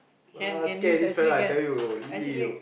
basket this fellow I tell you really you